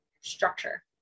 structure